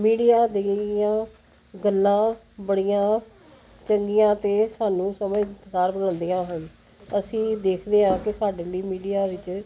media ਦੀਆਂ ਗੱਲਾਂ ਬੜੀਆਂ ਚੰਗੀਆਂ ਅਤੇ ਸਾਨੂੰ ਸਮਝਦਾਰ ਬਣਾਉਂਦੀਆਂ ਹਨ ਅਸੀਂ ਦੇਖਦੇ ਹਾਂ ਕਿ ਸਾਡੇ ਲਈ ਮੀਡੀਆ ਵਿੱਚ